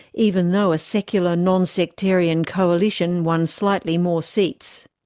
even though a secular, non-sectarian coalition won slightly more seats.